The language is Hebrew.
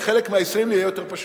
לחלק מהישראלים זה יהיה יותר פשוט.